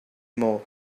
more